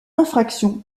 infraction